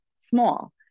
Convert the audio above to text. small